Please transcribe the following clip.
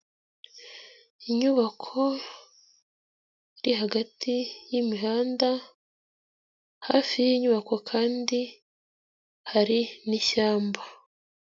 Inyubako ,iri hagati y'imihanda ,hafi y'inyubako kandi hari n'ishyamba.